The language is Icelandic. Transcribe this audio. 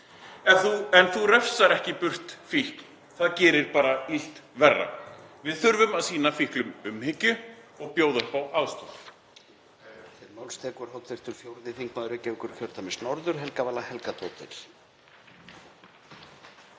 En þú refsar ekki burt fíkn. Það gerir bara illt verra. Við þurfum að sýna fíklum umhyggju og bjóða upp á aðstoð.